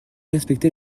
respecté